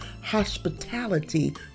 hospitality